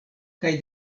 kaj